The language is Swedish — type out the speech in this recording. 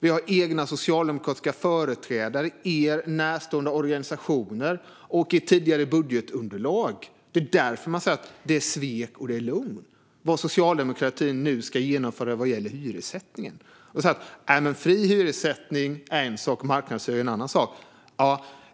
det finns socialdemokratiska företrädare och er närstående organisationer som har sagt att det som socialdemokratin nu ska genomföra vad gäller hyressättningen är svek, och det är lögn. Då säger man: Nej, fri hyressättning är en sak, och marknadshyror är en annan sak.